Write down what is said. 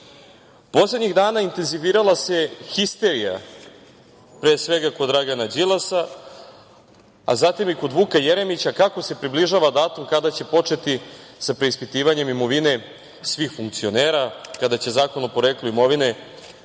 džep. Poslednjih dana intenzivirala se histerija, pre svega, kod Dragana Đilasa, zatim i kod Vuka Jeremića, kao se približava datum kad ćemo početi sa preispitivanjem imovine svih funkcionera kada će Zakon o poreklu imovine